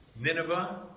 Nineveh